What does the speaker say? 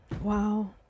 Wow